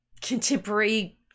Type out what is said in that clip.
contemporary